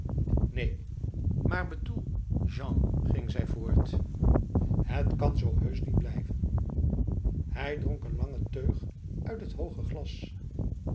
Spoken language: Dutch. neen maar betoel jean ging zij voort het kan heus zo niet blijven hij dronk een lange teug uit het hoge glas